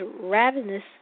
ravenous